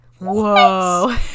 Whoa